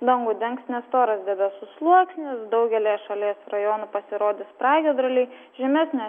dangų dengs nestoras debesų sluoksnis daugelyje šalies rajonų pasirodys pragiedruliai žymesnio